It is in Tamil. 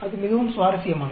அது மிகவும் சுவாரஸ்யமானது